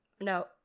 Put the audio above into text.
No